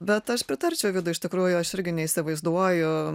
bet aš pritarčiau vidui iš tikrųjų aš irgi neįsivaizduoju